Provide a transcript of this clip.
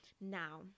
now